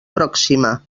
pròxima